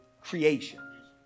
creation